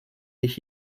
ich